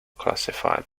classified